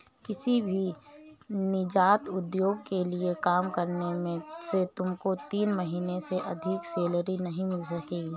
किसी भी नीजात उद्योग के लिए काम करने से तुमको तीन महीने से अधिक सैलरी नहीं मिल सकेगी